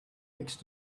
next